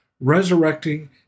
resurrecting